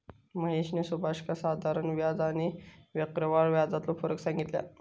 महेशने सुभाषका साधारण व्याज आणि आणि चक्रव्याढ व्याजातलो फरक सांगितल्यान